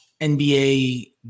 NBA